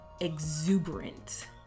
exuberant